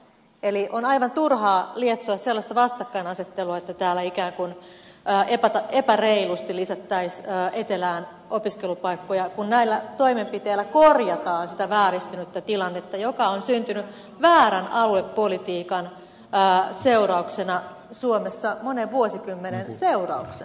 eli on aivan turhaa lietsoa sellaista vastakkaisasettelua että täällä ikään kuin epäreilusti lisättäisiin etelään opiskelupaikkoja kun näillä toimenpiteillä korjataan sitä vääristynyttä tilannetta joka on syntynyt väärän aluepolitiikan seurauksena suomessa monen vuosikymmenen aikana